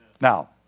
Now